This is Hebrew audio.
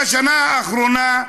בשנה האחרונה,